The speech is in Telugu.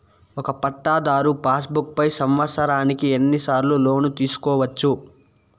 ఒక పట్టాధారు పాస్ బుక్ పై సంవత్సరానికి ఎన్ని సార్లు లోను తీసుకోవచ్చు?